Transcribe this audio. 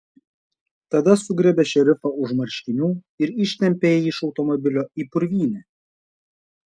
tada sugriebė šerifą už marškinių ir ištempė jį iš automobilio į purvynę